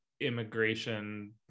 immigration